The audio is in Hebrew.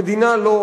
המדינה לא,